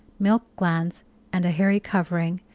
milk-glands and a hairy covering,